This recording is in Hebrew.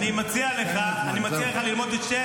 אני שואל אותך: מה הוא עשה?